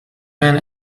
man